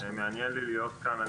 מעניין לי להיות כאן,